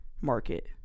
Market